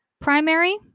primary